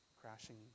crashing